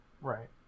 Right